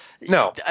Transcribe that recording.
No